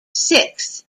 sixth